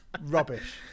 Rubbish